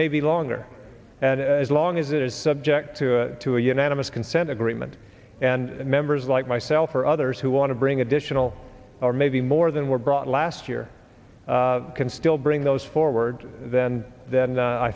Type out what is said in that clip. may be longer and as long as it is subject to to a unanimous consent agreement and members like myself or others who want to bring additional or maybe more than were brought last year i can still bring those forward than tha